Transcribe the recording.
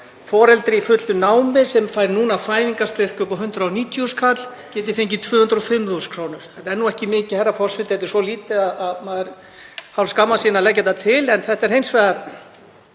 Þetta er nú ekki mikið, herra forseti, þetta er svo lítið að maður hálfskammast sín að leggja það til. En þetta er hins vegar